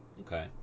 Okay